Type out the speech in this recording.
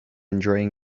enjoying